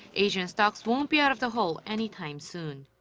asian stocks won't be out of the hole anytime soon.